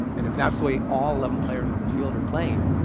and if that's the way all eleven players on the field are playing,